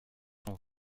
sont